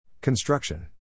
Construction